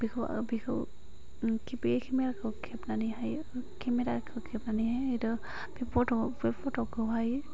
बे केमेरा खौ खेबनानैहाय केमेराखौ खेबनानैहाय आरो बे फट' फट'खौहाय